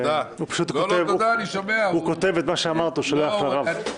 הוא כותב את מה שאמרת ושולח לרב.